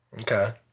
Okay